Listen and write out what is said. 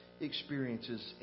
experiences